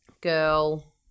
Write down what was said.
girl